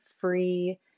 free